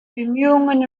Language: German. bemühungen